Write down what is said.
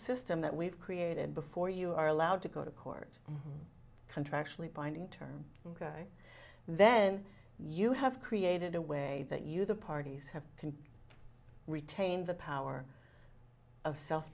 system that we've created before you are allowed to go to court contractually binding term then you have created a way that you the parties have can retain the power of self